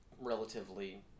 relatively